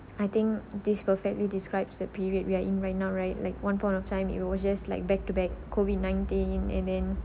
I think this perfectly describes the period we are in right now right like one point of time it was just like back to back COVID-nineteen and then